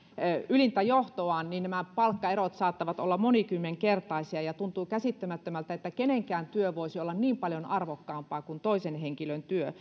ylintä johtoaan niin nämä palkkaerot saattavat olla monikymmenkertaisia tuntuu käsittämättömältä että kenenkään työ voisi olla niin paljon arvokkaampaa kuin toisen henkilön työ